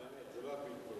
לא, לא, באמת, זה לא, עכשיו.